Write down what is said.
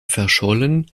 verschollen